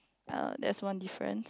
uh that's one difference